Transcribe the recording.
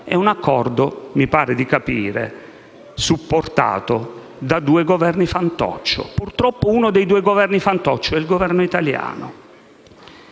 È un accordo, mi pare di capire, supportato da due governi fantoccio. Purtroppo, uno dei due governi fantoccio è il Governo italiano.